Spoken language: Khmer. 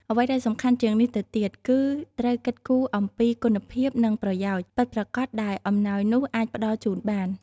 អ្វីដែលសំខាន់ជាងនេះទៅទៀត គឺត្រូវគិតគូរអំពី គុណភាព និង ប្រយោជន៍ ពិតប្រាកដដែលអំណោយនោះអាចផ្ដល់ជូនបាន។